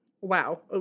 Wow